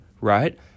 right